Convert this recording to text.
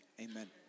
Amen